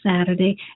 Saturday